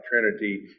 Trinity